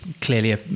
clearly